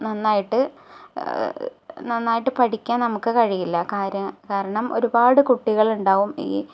നന്നായിട്ട് നന്നായിട്ട് പഠിക്കാന് നമുക്ക് കഴിയില്ല കാര്യം കാരണം ഒരുപാട് കുട്ടികളുണ്ടാവും ഈ